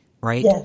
right